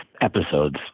episodes